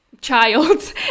child